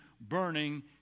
burning